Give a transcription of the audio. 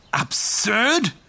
Absurd